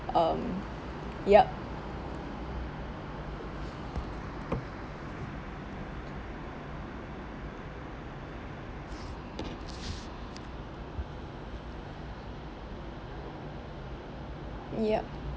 um yup yup